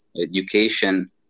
education